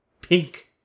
pink